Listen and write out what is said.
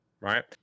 right